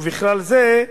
ובכלל זה: